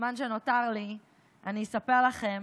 בזמן שנותר לי אני אספר לכם